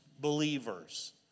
believers